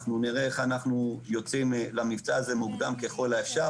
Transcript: אנחנו נראה איך אנחנו יוצאים למבצע הזה מוקדם ככל האפשר,